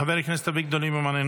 חבר הכנסת אביגדור ליברמן,